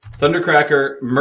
Thundercracker